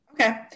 Okay